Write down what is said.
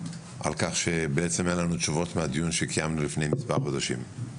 על כך שאין לנו עדיין תשובות מהדיון שהיה לפני מספר חודשים.